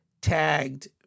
tagged